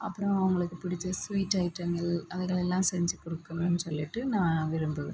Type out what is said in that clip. அப்புறம் அங்களுக்கு பிடிச்ச ஸ்வீட் ஐட்டங்கள் அதுகலெல்லாம் செஞ்சு கொடுக்கணும் சொல்லிவிட்டு நான் விரும்புவன்